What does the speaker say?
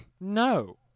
No